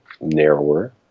narrower